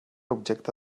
objecte